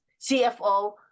CFO